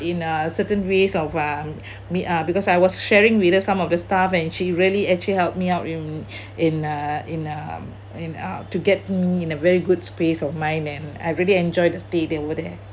in uh certain ways of um me uh because I was sharing with us some of the stuff and she really actually helped me out in in uh in uh in uh to get me in a very good space of mine and I really enjoy the stay over there